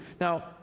Now